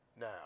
Now